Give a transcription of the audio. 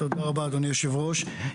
תודה רבה אדוני יושב הראש.